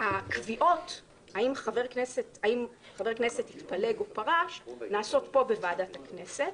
הקביעות האם חבר כנסת התפלג או פרש נעשות פה בוועדת הכנסת.